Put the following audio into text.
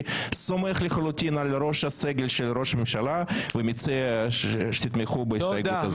סומך לחלוטין על ראש הסגל של ראש הממשלה ומציע שתתמכו בהסתייגות הזאת.